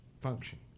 function